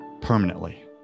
permanently